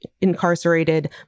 incarcerated